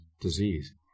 disease